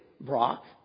Brock